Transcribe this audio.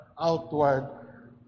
outward